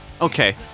okay